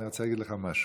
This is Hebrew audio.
אני רוצה להגיד לך משהו.